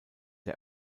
der